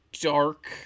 Dark